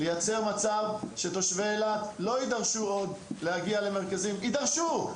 לייצר מצב שתושבי אילת לא יידרשו עוד להגיע למרכזים יידרשו,